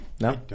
no